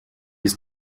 ist